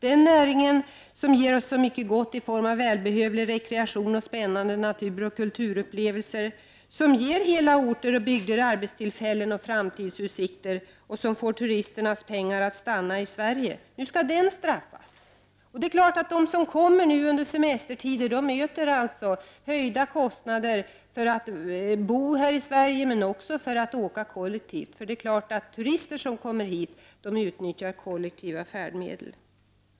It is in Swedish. Den näring som ger oss så mycket gott i form av välbehövlig rekreation och spännande naturoch kulturupplevelser, som ger hela orter och bygder arbetstillfällen och framtidsutsikter och som får turisternas pengar att stanna i Sverige. Nu skall de straffas. De som nu går ut i semestertider möter höjda kostnader för att kunna bo i Sverige och för att åka kollektivt. Turister utnyttjar ju kollektiva färdmedel.